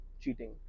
cheating